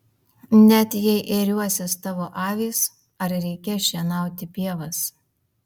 net jei ėriuosis tavo avys ar reikės šienauti pievas